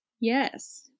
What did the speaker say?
Yes